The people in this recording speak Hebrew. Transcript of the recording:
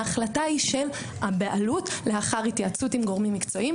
ההחלטה היא של הבעלות לאחר התייעצות עם גורמים מקצועיים,